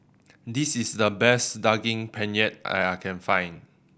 this is the best Daging Penyet that I can find